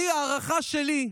ההערכה שלי היא